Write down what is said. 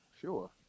Sure